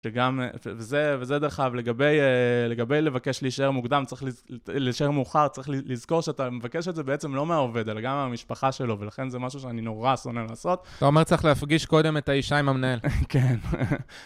וגם, וזה דרך אגב, לגבי לבקש להישאר מאוחר, צריך לזכור שאתה מבקש את זה בעצם לא מהעובד, אלא גם מהמשפחה שלו, ולכן זה משהו שאני נורא שונא לעשות. אתה אומר, צריך להפגיש קודם את האישה עם המנהל. כן.